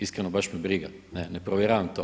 Iskreno, baš me briga, ne provjeravam to.